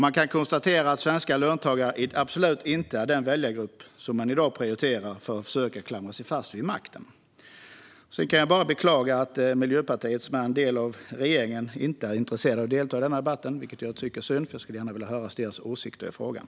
Man kan konstatera att svenska löntagare i dag absolut inte är den väljargrupp man prioriterar för att försöka klamra sig fast vid makten. Jag beklagar att Miljöpartiet, som är en del av regeringen, inte var intresserat av att delta i debatten. Det är synd, för jag skulle gärna ha velat höra deras åsikter i frågan.